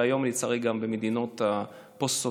והיום לצערי גם במדינות הפוסט-סובייטיות,